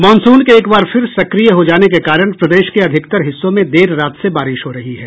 monsoon के एक बार फिर सक्रिय हो जाने के कारण प्रदेश के अधिकतर हिस्सों में देर रात से बारिश हो रही है